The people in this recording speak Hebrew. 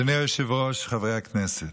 היושב-ראש, חברי הכנסת,